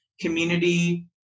community